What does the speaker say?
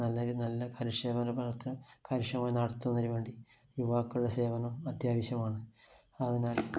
നല്ലതിന് നല്ല കാര്യക്ഷമമായി നടത്താൻ കാര്യക്ഷമമായി നടത്തുന്നതിനു വേണ്ടി യുവാക്കളുടെ സേവനം അതാവശ്യമാണ് അതിനാൽ